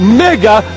mega